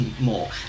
more